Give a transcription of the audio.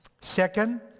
Second